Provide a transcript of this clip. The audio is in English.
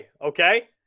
Okay